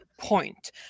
point